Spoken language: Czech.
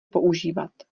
používat